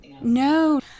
No